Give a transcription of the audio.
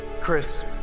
Chris